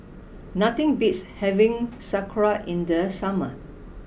nothing beats having Sauerkraut in the summer